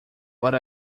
but